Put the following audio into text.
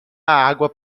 água